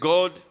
God